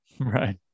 right